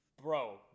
Bro